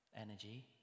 energy